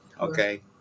okay